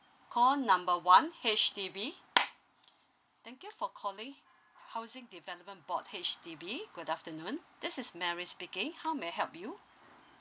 call number one H_D_B thank you for calling housing development board H_D_B good afternoon this is mary speaking how may I help you